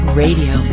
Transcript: radio